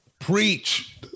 Preach